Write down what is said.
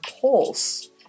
pulse